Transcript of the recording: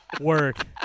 Work